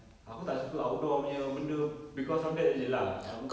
aku tak suka outdoor punya benda because of that sahaja lah aku